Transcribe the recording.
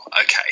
Okay